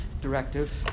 directive